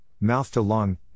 mouth-to-lung